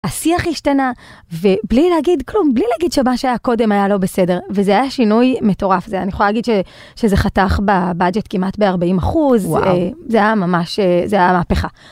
השיח השתנה ובלי להגיד כלום, בלי להגיד שמה שהיה קודם היה לא בסדר וזה היה שינוי מטורף, אני יכולה להגיד שזה חתך בבאג'ט כמעט ב40 אחוז (ואוו), זה היה ממש, זה היה מהפכה.